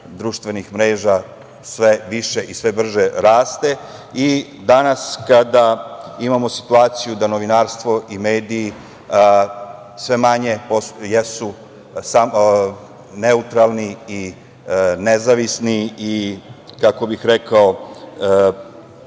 društvenih mreža sve više i sve brže raste i danas kada imamo situaciju da novinarstvo i mediji sve manje jesu neutralni i nezavisni i, kako bih rekao,